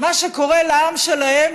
מה שקורה לעם שלהם,